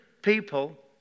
People